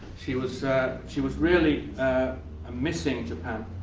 she was she was really ah ah missing japan